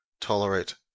tolerate